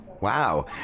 Wow